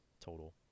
total